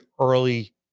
early